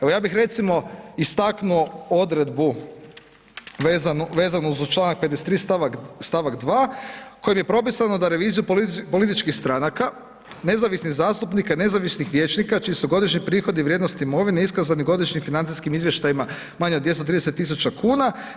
Evo, ja bih recimo istaknuo odredbu, vezano uz čl.53 stavak 2. kojem je propisano da revizijom političkih stranaka nezavisnih zastupnika i nezavisnih vijećnika, čiji su godišnji prihodi vrijednosti imovine iskazani u godišnjim financijskim izvještajima manjim od 230 tisuća kuna.